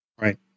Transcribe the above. Right